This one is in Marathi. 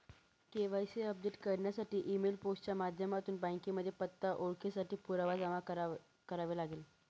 के.वाय.सी अपडेट करण्यासाठी ई मेल, पोस्ट च्या माध्यमातून बँकेमध्ये पत्ता, ओळखेसाठी पुरावा जमा करावे लागेल